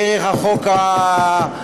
דרך חוק ההמלצות,